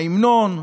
ההמנון,